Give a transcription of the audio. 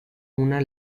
una